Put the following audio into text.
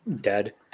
dead